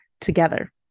together